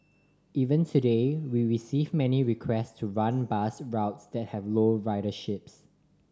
even today we receive many requests to run bus routes that have low riderships